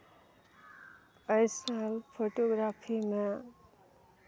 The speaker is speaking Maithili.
अइसन फोटोग्राफीमे